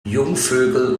jungvögel